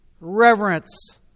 reverence